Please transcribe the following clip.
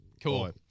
Cool